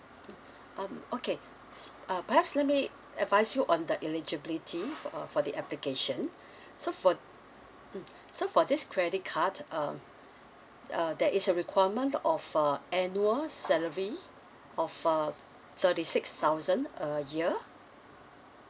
um okay uh perhaps let me advise you on the eligibility for uh for the application so for mm so for this credit card um uh there is a requirement of a annual salary of a thirty six thousand a year